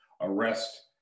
arrest